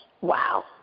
Wow